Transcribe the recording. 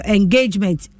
engagement